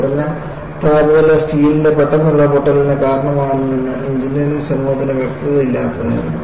കുറഞ്ഞ താപനില സ്റ്റീൽന്റെ പെട്ടെന്നുള്ള പൊട്ടലിന് കാരണമാകുമെന്ന് എഞ്ചിനീയറിംഗ് സമൂഹത്തിന് വ്യക്തതയില്ലായിരുന്നു